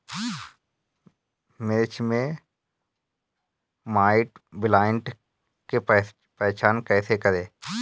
मिर्च मे माईटब्लाइट के पहचान कैसे करे?